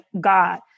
God